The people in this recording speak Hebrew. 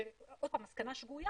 עוד פעם מסקנה שגויה,